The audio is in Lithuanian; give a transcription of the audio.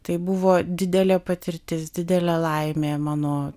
tai buvo didelė patirtis didelė laimė mano